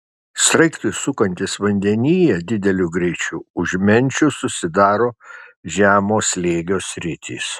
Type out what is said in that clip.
sraigtui sukantis vandenyje dideliu greičiu už menčių susidaro žemo slėgio sritys